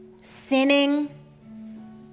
sinning